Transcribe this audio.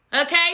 okay